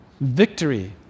victory